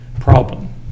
problem